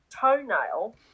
toenail